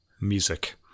music